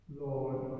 Lord